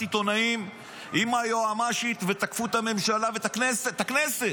עיתונאים עם היועמ"שית ותקפו את הממשלה ואת הכנסת?